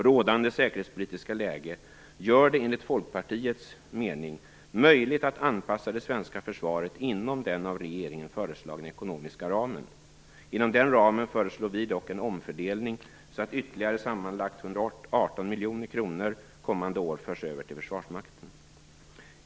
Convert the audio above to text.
Rådande säkerhetspolitiska läge gör det enligt Folkpartiets mening möjligt att anpassa det svenska försvaret inom den av regeringen föreslagna ekonomiska ramen. Inom den ramen föreslår vi dock en omfördelning så att ytterligare sammanlagt 118 miljoner kronor kommande år förs över till Försvarsmakten.